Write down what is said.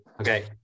Okay